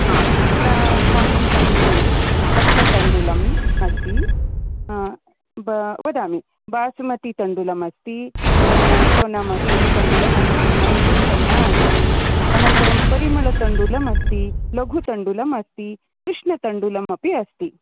हा अत्र अस्माकं समीपे रक्ततण्डुलम् अस्ति व वदामि बासमतीतण्डुलम् अस्ति सोनामसूरीतण्डुलम् अस्ति मैसूरुसन्ना अस्ति अनन्तरं परिमलतण्डुलम् अस्ति लघुतण्डुलम् अस्ति कृष्णतण्डुलम् अपि अस्ति